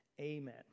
Amen